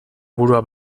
burua